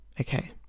okay